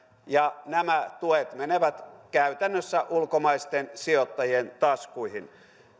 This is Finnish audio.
ja nämä tuet menevät käytännössä ulkomaisten sijoittajien taskuihin